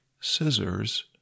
scissors